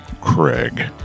Craig